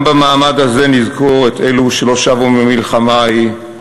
גם במעמד הזה נזכור את אלו שלא שבו מהמלחמה ההיא,